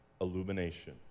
illumination